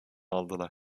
aldılar